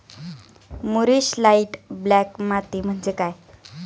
मूरिश light black माती म्हणजे काय?